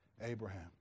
Abraham